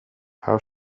how